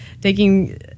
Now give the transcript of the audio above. taking